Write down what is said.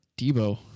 Debo